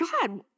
God